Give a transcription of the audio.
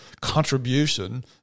contribution